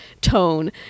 tone